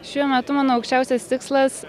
šiuo metu mano aukščiausias tikslas